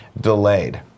delayed